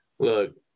Look